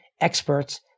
experts